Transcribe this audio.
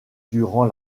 durant